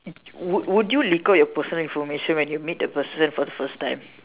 would would you leak your personal information when you meet the person for the first time